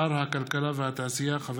צריך להגיד, לפרגן גם לכתב, לעמיר